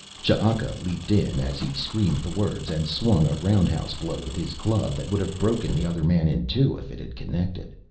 ch'aka leaped in as he screamed the words and swung a roundhouse blow with his club that would have broken the other man in two if it had connected.